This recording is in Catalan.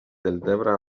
deltebre